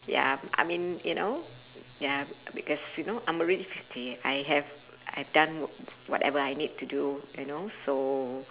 ya I mean you know ya because you know I'm already fifty I have I have done whatever I need to do you know so